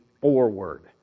forward